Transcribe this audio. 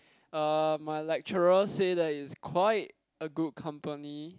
um my lecturer say that is quite a good company